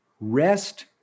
Rest